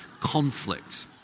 conflict